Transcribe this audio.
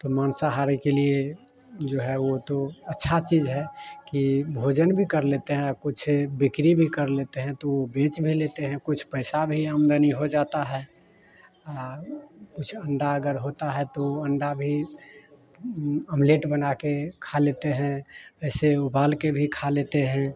तो मांसाहारी के लिए जो है वह तो अच्छा चीज़ है कि भोजन भी कर लेते हैं या कुछ बिक्री भी कर लेते हैं तो वह बेच भी लेते हैं कुछ पैसा भी आमदनी हो जाता है और कुछ अंडा अगर होता है तो अंडा भी अमलेट बना के खा लेते हैं ऐसे उबाल के भी खा लेते हैं